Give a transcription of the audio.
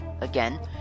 again